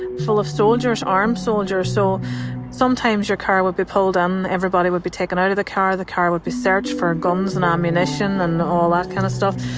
full of soldiers, armed soldiers. so sometimes, your car would be pulled, um and everybody would be taken out of the car. the car would be searched for guns and ammunition and all that kind of stuff.